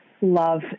love